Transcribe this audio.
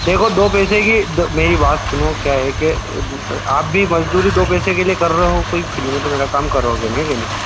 देखो दो पैसे की दो मेरी बात सुनो क्या है कि आप भी मजदूरी दो पैसे के लिए कर रहे हो कोई फ्री में तो मेरा काम करोगे नहीं है कि नहीं